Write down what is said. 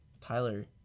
Tyler